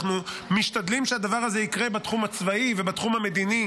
אנחנו משתדלים שהדבר הזה יקרה בתחום הצבאי ובתחום המדיני,